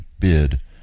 bid